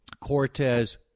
Cortez